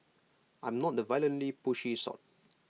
I'm not the violently pushy sort